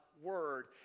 Word